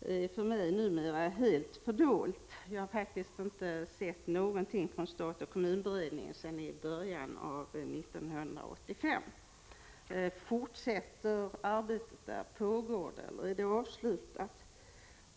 är för mig numera helt fördolt, trots att jag sitter i referensgruppen. Jag har faktiskt inte sett någonting från statoch kommun-beredningen sedan i början av 1985. Jag måste fråga: Pågår något arbete där, eller är det avslutat?